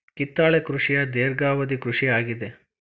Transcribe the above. ಕಿತ್ತಳೆ ಕೃಷಿಯ ಧೇರ್ಘವದಿ ಕೃಷಿ ಆಗಿದೆ